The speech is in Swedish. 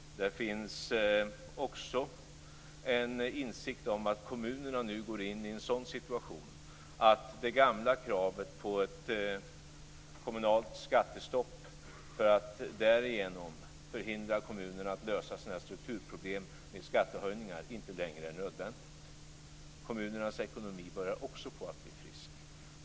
Där finns också en insikt om att kommunerna nu går in i en sådan situation att det gamla kravet på ett kommunalt skattestopp för att förhindra kommunerna att lösa sina strukturproblem med skattehöjningar inte längre är nödvändigt. Också kommunernas ekonomi börjar bli frisk.